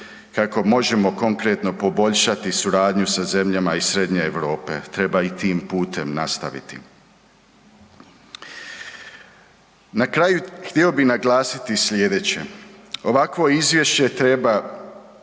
kako možemo konkretno poboljšati suradnju sa zemljama iz Srednje Europe, treba i tim putem nastaviti. Na kraju, htio bih naglasiti sljedeće. Ovakvo izvješće treba